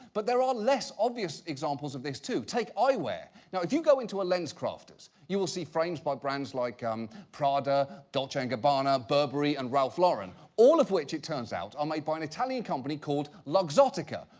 but there are less obvious examples of this too. take eye-wear. now if you go into a lens crafters, you'll see frames by brands like um, prada, dolce and gabbana, burberry and ralph lauren. all of which it turns out, are made by an italian company called luxotica,